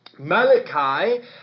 Malachi